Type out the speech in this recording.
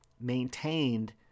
maintained